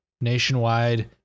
Nationwide